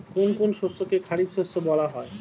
কোন কোন শস্যকে খারিফ শস্য বলা হয়?